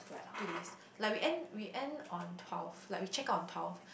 two days like we end we end on twelve like we check out on twelve